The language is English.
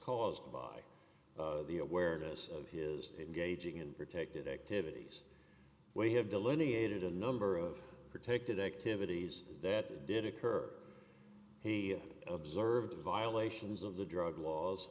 caused by the awareness of his engaging in protected activities we have delineated a number of protected activities that did occur he observed violations of the drug laws